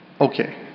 Okay